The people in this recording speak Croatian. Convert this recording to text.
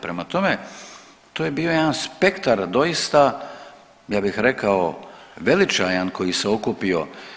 Prema tome to je bio jedan spektar doista ja bih rekao veličajan koji se okupio.